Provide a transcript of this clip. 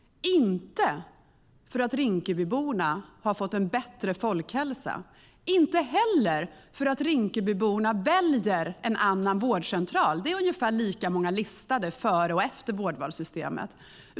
Det berodde inte på att Rinkebyborna hade fått en bättre hälsa eller valde en annan vårdcentral. Det var ungefär lika många listade efter att vårdvalssystemet infördes som innan.